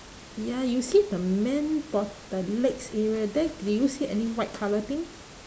ya you see the man bot~ the legs area there do you see any white colour thing